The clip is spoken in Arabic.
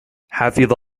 حفظ